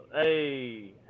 Hey